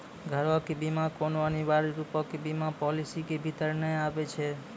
घरो के बीमा कोनो अनिवार्य रुपो के बीमा पालिसी के भीतर नै आबै छै